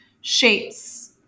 shapes